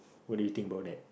what do you think about that